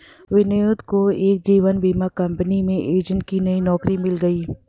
विनोद को एक जीवन बीमा कंपनी में एजेंट की नई नौकरी मिल गयी